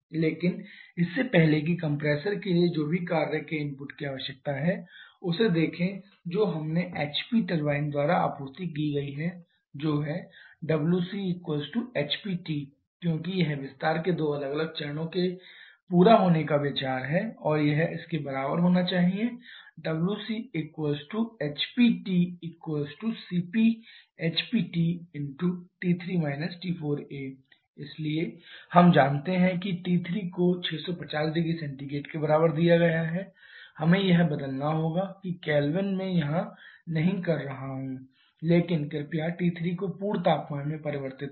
लेकिन इससे पहले कि कंप्रेसर के लिए जो भी कार्य के इनपुट की आवश्यकता है उसे देखें जो हमने HP टरबाइन द्वारा आपूर्ति की गई है जो है wcwHPt क्योंकि यह विस्तार के दो अलग अलग चरणों के होने का पूरा विचार है और यह इसके बराबर होना चाहिए wcwHPtcpHPtT3 T4a इसलिए हम जानते हैं कि T3 को 650 0C के बराबर दिया गया है हमें यह बदलना होगा कि केल्विन मैं यहाँ नहीं कर रहा हूँ लेकिन कृपया T3 को पूर्ण तापमान में परिवर्तित करें